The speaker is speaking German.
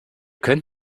könnt